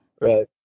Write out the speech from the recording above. Right